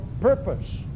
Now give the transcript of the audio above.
purpose